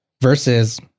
versus